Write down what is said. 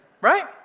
right